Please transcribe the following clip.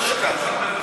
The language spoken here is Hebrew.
לא שיקרת.